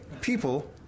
people